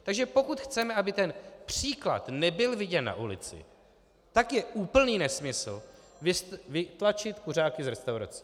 Takže pokud chceme, aby ten příklad nebyl viděn na ulici, tak je úplný nesmysl vytlačit kuřáky z restaurací.